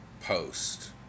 post